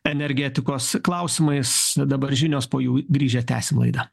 energetikos klausimais dabar žinios po jų grįžę tęsim laidą